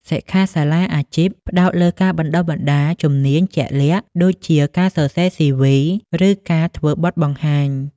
សិក្ខាសាលាអាជីព ផ្តោតលើការបណ្តុះបណ្តាលជំនាញជាក់លាក់ដូចជាការសរសេរ CV ឬការធ្វើបទបង្ហាញ។